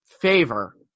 favor